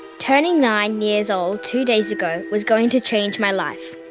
turning nine years old two days ago was going to change my life.